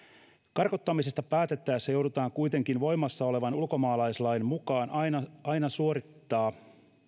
karkottamisesta päätettäessä joudutaan kuitenkin voimassa olevan ulkomaalaislain mukaan aina aina suorittamaan